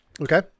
Okay